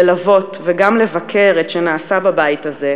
ללוות וגם לבקר את שנעשה בבית הזה,